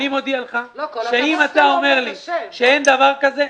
אני מודיע לך שאם אתה אומר לי שאין דבר כזה,